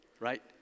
right